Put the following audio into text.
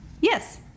Yes